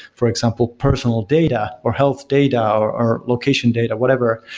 for example, personal data, or health data, or or location data, whatever.